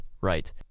Right